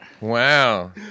Wow